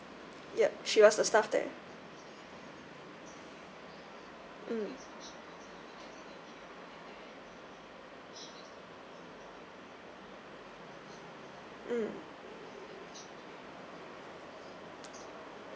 yup she was the staff there mm mm